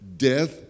Death